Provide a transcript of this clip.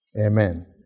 Amen